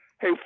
hey